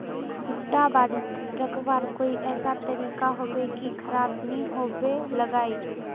भुट्टा बारित रखवार कोई ऐसा तरीका होबे की खराब नि होबे लगाई?